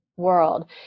world